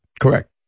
Correct